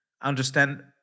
understand